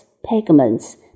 pigments